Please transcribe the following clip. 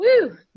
woo